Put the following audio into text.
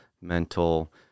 mental